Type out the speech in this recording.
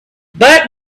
but